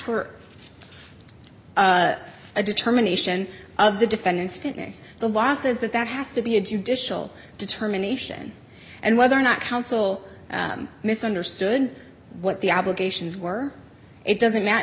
her a determination of the defendant's fitness the law says that that has to be a judicial determination and whether or not counsel misunderstood what the obligations were it doesn't matter